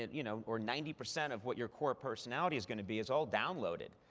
and you know or ninety percent of what your core personality is going to be is all downloaded.